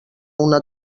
una